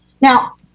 now